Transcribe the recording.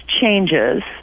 changes